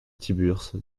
tiburce